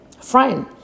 friend